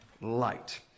light